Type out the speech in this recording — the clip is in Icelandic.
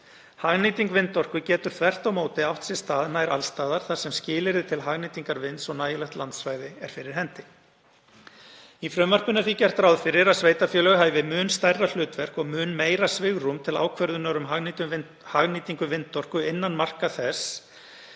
Hagnýting vindorku getur þvert á móti átt sér stað nær alls staðar þar sem skilyrði til hagnýtingar vinds og nægilegt landsvæði er fyrir hendi. Í frumvarpinu er því gert ráð fyrir að sveitarfélög hafi mun stærra hlutverk og mun meira svigrúm við ákvörðun um hagnýtingu vindorku innan marka